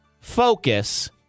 focus